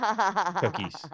Cookies